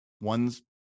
one's